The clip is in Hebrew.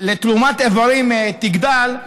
לתרומת איברים תגדל,